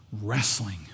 wrestling